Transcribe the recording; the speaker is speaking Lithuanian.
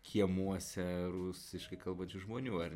kiemuose rusiškai kalbančių žmonių ar